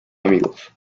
amigos